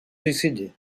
suicidé